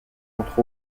entre